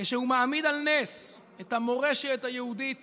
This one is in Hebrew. כשהוא מעמיד על נס את המורשת היהודית